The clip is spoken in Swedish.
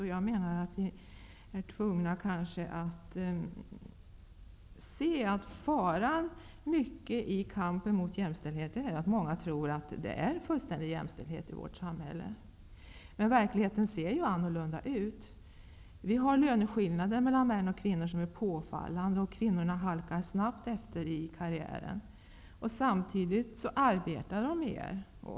Vi är kanske tvungna att se att faran när det gäller kampen om jämställdhet till stor del ligger i att många tror att vi har fullständig jämställdhet i vårt samhälle. Verkligheten ser ju annorlunda ut. Vi har påfallande löneskillnader mellan män och kvinnor. Kvinnorna halkar snabbt efter i karriären samtidigt som de arbetar mer.